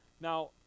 Now